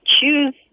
choose